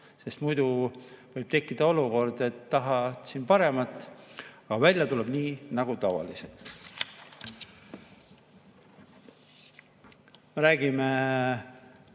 sest muidu võib tekkida olukord, et tahad paremat, aga välja tuleb nii nagu tavaliselt.Me räägime